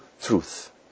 truth